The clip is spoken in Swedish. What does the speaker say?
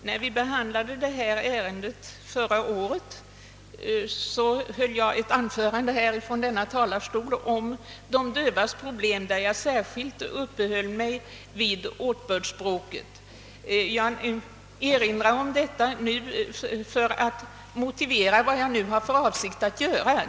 Herr talman! När detta ärende föregående år behandlades höll jag ett anförande om de dövas problem, varvid jag särskilt uppehöll mig vid åtbördsspråket. Jag erinrar om detta för att motivera vad jag nu har för avsikt att göra.